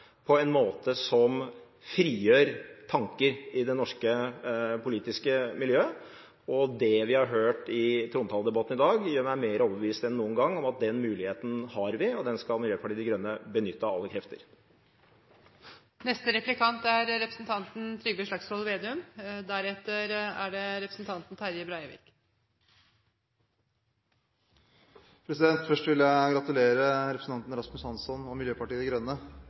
på en måte som frigjør tanker i det norske politiske miljøet. Det vi har hørt i trontaledebatten i dag, gjør meg mer overbevist enn noen gang om at den muligheten har vi, og den skal Miljøpartiet De Grønne benytte av alle krefter. Først vil jeg gratulere representanten Rasmus Hansson – og Miljøpartiet De Grønne